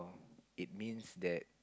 it means that